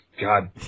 God